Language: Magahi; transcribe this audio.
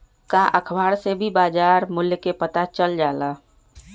का अखबार से भी बजार मूल्य के पता चल जाला?